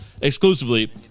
exclusively